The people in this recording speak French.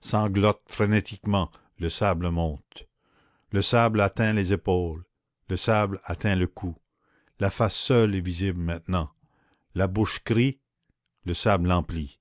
sanglote frénétiquement le sable monte le sable atteint les épaules le sable atteint le cou la face seule est visible maintenant la bouche crie le sable l'emplit